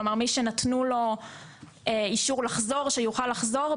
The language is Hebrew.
כלומר, מי שנתנו לו אישור לחזור, שיוכל לחזור.